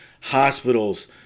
hospitals